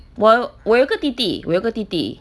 我我有个弟弟我有个弟弟